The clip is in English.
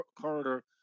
corridor